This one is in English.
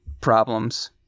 problems